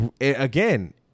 again